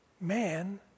man